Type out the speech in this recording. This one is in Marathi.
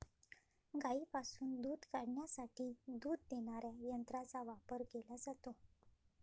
गायींपासून दूध काढण्यासाठी दूध देणाऱ्या यंत्रांचा वापर केला जातो